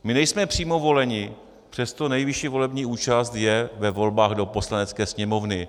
My nejsme přímo voleni, přesto nejvyšší volební účast je ve volbách do Poslanecké sněmovny.